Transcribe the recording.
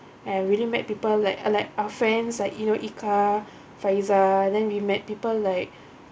and really met people like are like are friends like you know eka faizal then we met people like